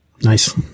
nice